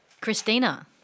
Christina